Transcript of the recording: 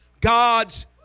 God's